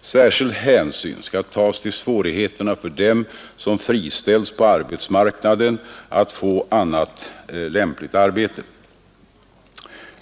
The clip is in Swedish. Särskild hänsyn skall tas till svårigheterna för dem som friställs på arbetsmarknaden att få annat lämpligt arbete.